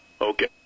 okay